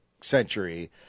century